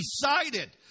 decided